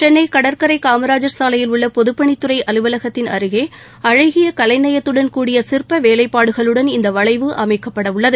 சென்ளை கடற்கரை காமராஜர் சாலையில் உள்ள பொதுப்பணித்துறை அலுவலகத்தின் அருகே அழகிய கலைநயத்துடன் கூடிய சிற்ப வேலைப்பாடுகளுடன் இந்த வளைவு அமைக்கப்பட உள்ளது